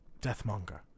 Deathmonger